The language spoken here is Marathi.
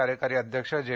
कार्यकारी अध्यक्ष जे